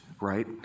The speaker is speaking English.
right